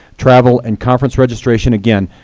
travel and conference registration, again,